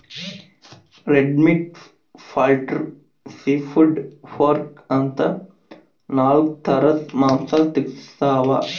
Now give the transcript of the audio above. red meat, poultry, seafood, pork ಅಂತಾ ನಾಲ್ಕ್ ಥರದ್ ಮಾಂಸಾ ಸಿಗ್ತವ್